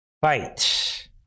fight